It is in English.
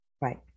Right